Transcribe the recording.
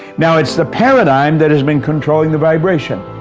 now it's the paradigm that has been controlling the vibration.